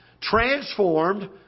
Transformed